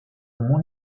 mont